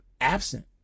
absent